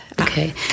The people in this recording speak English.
Okay